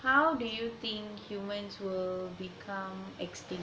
how do you think humans will become extinct